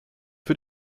für